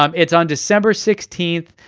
um it's on december sixteenth,